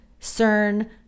CERN